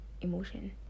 emotion